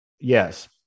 Yes